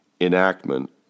enactment